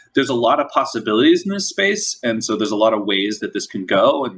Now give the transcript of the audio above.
there's a lot of possibilities in this space. and so there's a lot of ways that this can go. and